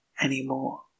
anymore